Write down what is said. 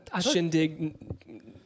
Shindig